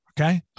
Okay